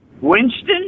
Winston